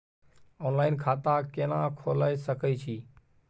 Online खाता केना खोले सकै छी?